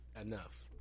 enough